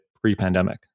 pre-pandemic